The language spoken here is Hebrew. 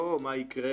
לא מה יקרה,